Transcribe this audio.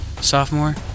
sophomore